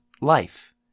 life